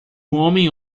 homem